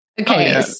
Okay